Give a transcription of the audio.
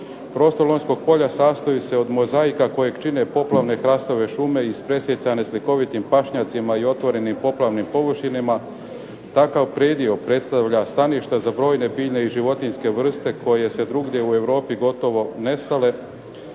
Prostor Lonjskog polja sastoji se od mozaika kojeg čine poplavne hrastove šume ispresijecane slikovitim pašnjacima i otvorenim poplavnim površinama, takav predio predstavlja stanište za brojne biljne i životinjske vrste koje se drugdje u Europi gotovo nestale,